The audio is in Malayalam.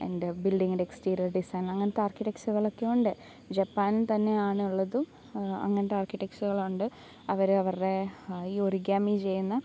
എൻ്റെ ബിൽഡിങ്ങിൻ്റെ എക്സ്റ്റീരിയർ ഡിസൈൻ അങ്ങനത്തെ ആർക്കിടെക്ചറുകളൊക്കെ ഉണ്ട് പക്ഷെ ജപ്പാൻ തന്നെയാണ് ഉള്ളതും അങ്ങനത്തെ ആർക്കിടെക്ച്ചറുകളുണ്ട് അവര് അവരുടെ ഈ ഒറിഗാമി ചെയ്യുന്ന ഓരോ പാറ്റേൺ